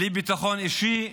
בלי ביטחון אישי,